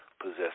possess